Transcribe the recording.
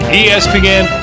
espn